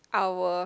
our